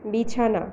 বিছানা